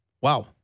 wow